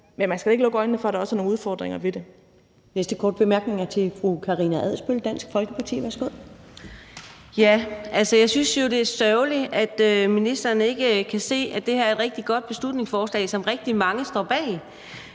men man skal jo ikke lukke øjnene for, at der også er nogle udfordringer ved det. Kl. 15:19 Første næstformand (Karen Ellemann): Den næste korte bemærkning er til fru Karina Adsbøl, Dansk Folkeparti. Værsgo. Kl. 15:20 Karina Adsbøl (DF): Jeg synes jo, det er sørgeligt, at ministeren ikke kan se, at det her er et rigtig godt beslutningsforslag, som rigtig mange står bag.